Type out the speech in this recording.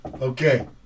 Okay